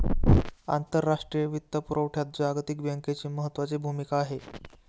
आंतरराष्ट्रीय वित्तपुरवठ्यात जागतिक बँकेची महत्त्वाची भूमिका आहे